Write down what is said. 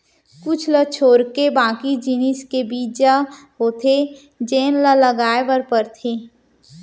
कुछ ल छोरके बाकी जिनिस के बीजा होथे जेन ल लगाए बर परथे